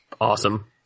Awesome